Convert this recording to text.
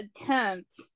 attempt